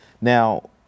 Now